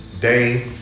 day